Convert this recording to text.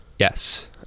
Yes